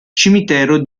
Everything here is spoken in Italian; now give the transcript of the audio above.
cimitero